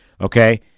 okay